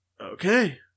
Okay